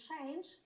change